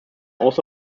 also